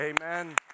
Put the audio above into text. Amen